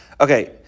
Okay